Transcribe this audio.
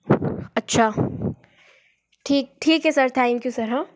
अच्छा ठीक ठीक है सर थैंक यू सर हाँ